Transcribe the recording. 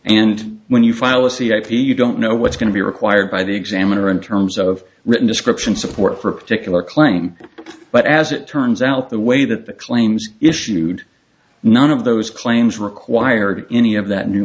p you don't know what's going to be required by the examiner in terms of written description support for a particular claim but as it turns out the way that the claims issued none of those claims require that any of that new